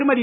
திருமதி